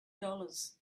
dollars